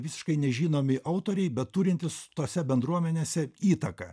visiškai nežinomi autoriai beturintys tose bendruomenėse įtaką